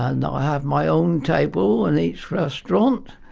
and i have my own table in each restaurant.